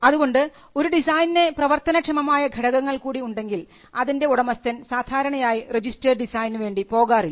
അതുകൊണ്ട് ഒരു ഡിസൈൻന് പ്രവർത്തനക്ഷമമായ ഘടകങ്ങൾ കൂടി ഉണ്ടെങ്കിൽ അതിൻറെ ഉടമസ്ഥൻ സാധാരണയായി രജിസ്ട്രേഡ് ഡിസൈൻനു വേണ്ടി പോകാറില്ല